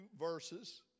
verses